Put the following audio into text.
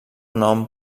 nom